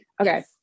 okay